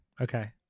okay